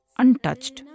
untouched